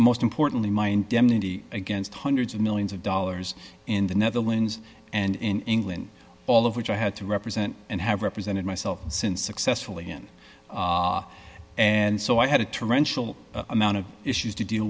most importantly my indemnity against hundreds of millions of dollars in the netherlands and in england all of which i had to represent and have represented myself since successfully in and so i had a tarantula amount of issues to deal